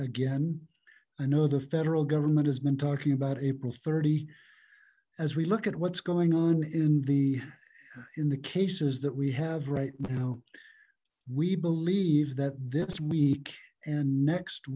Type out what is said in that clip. again i know the federal government has been talking about april thirty as we look at what's going on in the in the cases that we have right now we believe that this week and next